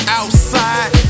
outside